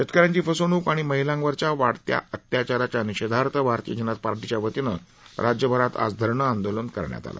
शेतकऱ्यांची फसवणूक आणि महिलांवरील वाढत्या अत्याचाराच्या निषेधार्थ भारतीय जनता पार्टीच्यावतीनं राज्यभरात आज धरणं आंदोलन करण्यात आलं